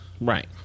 right